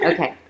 Okay